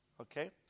Okay